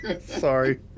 Sorry